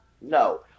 no